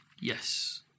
Yes